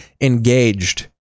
engaged